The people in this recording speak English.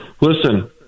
Listen